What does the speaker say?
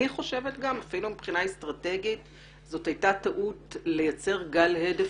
אני חושבת שאפילו מבחינה אסטרטגית זו הייתה טעות לייצר גל הדף